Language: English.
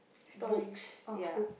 books ya